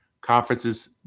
conferences